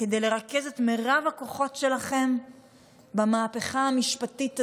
כדי לרכז את מרב הכוחות שלכם במהפכה המשפטית הזו,